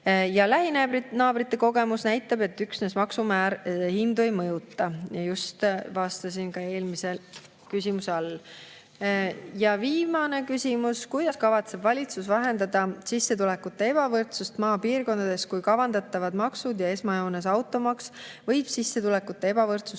Lähinaabrite kogemus näitab, et üksnes maksumäär hindu ei mõjuta. Just ütlesin seda ka eelmisele küsimusele vastates. Ja viimane küsimus: "Kuidas kavatseb valitsus vähendada sissetulekute ebavõrdsust maapiirkondades[,] kui kavandatavad maksud ja esmajoones automaks võib sissetulekute ebavõrdsust